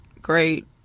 great